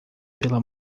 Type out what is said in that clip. pela